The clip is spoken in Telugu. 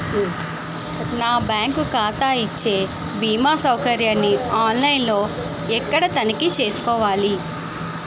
నా బ్యాంకు ఖాతా ఇచ్చే భీమా సౌకర్యాన్ని ఆన్ లైన్ లో ఎక్కడ తనిఖీ చేసుకోవాలి?